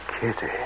Kitty